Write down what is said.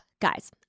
guys